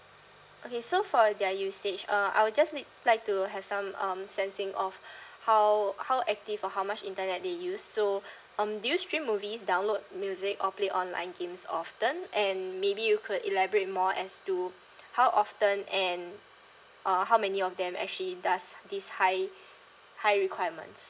okay so for their usage uh I would just need like to have some um sensing of how how active or how much internet they use so um do you stream movies download music or play online games often and maybe you could elaborate more as to how often and uh how many of them actually does this high high requirement